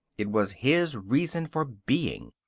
it was his reason for being.